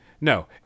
No